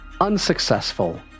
Unsuccessful